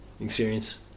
experience